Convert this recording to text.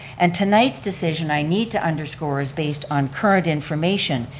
and tonight's decision i need to underscore is based on current information.